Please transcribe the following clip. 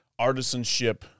artisanship